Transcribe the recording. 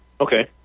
Okay